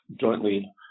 jointly